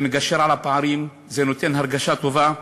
זה מגשר על הפערים, נותן הרגשה טובה,